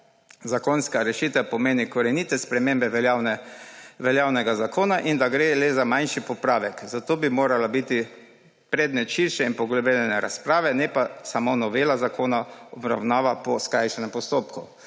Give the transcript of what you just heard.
zakonska rešitevpomeni korenite spremembe veljavnega zakona in da ne gre le za manjši popravek, zato bi morala biti predmet širše in poglobljene razprave, ne pa samo novela zakona obravnavana po skrajšanem postopku.